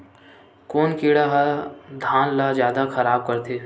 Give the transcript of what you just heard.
कोन कीड़ा ह धान ल जादा खराब करथे?